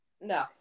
No